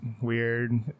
weird